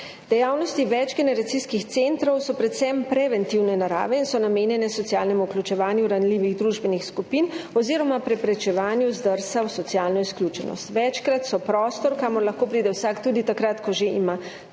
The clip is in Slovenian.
Dejavnosti večgeneracijskih centrov so predvsem preventivne narave in so namenjene socialnemu vključevanju ranljivih družbenih skupin oziroma preprečevanju zdrsa v socialno izključenost. Večkrat so prostor, kamor lahko pride vsak tudi takrat, ko že ima težave.